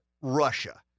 Russia